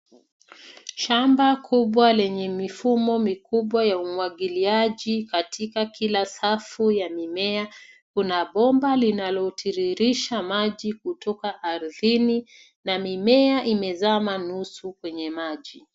Shamba kubwa lenye mifumo mikubwa ya umwagiliaji katika kila safu ya mimea. Kuna bomba linalotiririsha maji kutoka ardhini na mimea imezama nusu kwenye maji.